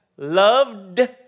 Loved